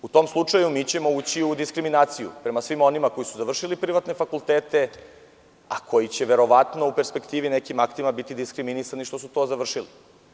U tom slučaju mi ćemo ući u diskriminaciju prema svima onima koji su završili privatne fakultete a koji će verovatno u perspektivi nekim aktima biti diskriminisani što su to završili.